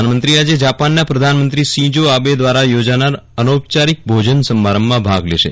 પ્રધાનમંત્રી આજે જાપાનના પ્રધાનમંત્રી શીન્ઝો આબે દ્વારા યોજાનાર અનૌપયારીક ભોજન સમારંભમાં ભાગ લેશે